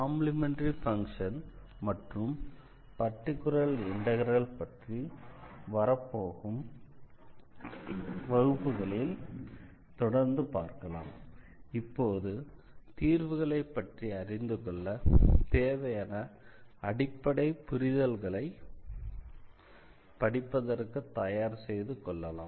complementary function மற்றும் particular integral பற்றி வரப்போகும் வகுப்புகளில் தொடர்ந்து பார்க்கலாம் இப்போது தீர்வுகளை பற்றி அறிந்து கொள்ள தேவையான அடிப்படை புரிதல்களை படிப்பதற்கு தயார் செய்து கொள்ளலாம்